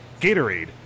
Gatorade